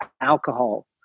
alcohol